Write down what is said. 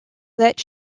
that